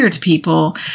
People